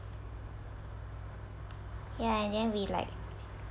ya and then we like